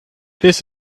this